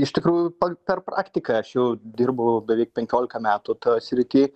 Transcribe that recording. iš tikrųjų per praktiką aš jau dirbu beveik penkiolika metų toje srity